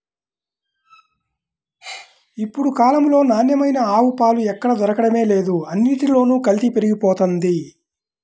ఇప్పుడు కాలంలో నాణ్యమైన ఆవు పాలు ఎక్కడ దొరకడమే లేదు, అన్నిట్లోనూ కల్తీ పెరిగిపోతంది